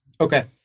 Okay